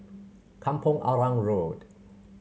Kampong Arang Road